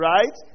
Right